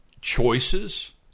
choices